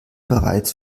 bereits